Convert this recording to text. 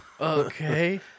okay